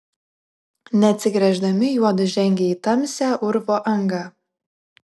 neatsigręždami juodu žengė į tamsią urvo angą